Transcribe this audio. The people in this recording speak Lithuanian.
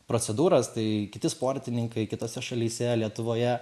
procedūras tai kiti sportininkai kitose šalyse lietuvoje